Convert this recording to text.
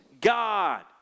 God